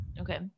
Okay